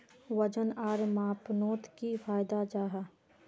वजन आर मापनोत की फायदा जाहा?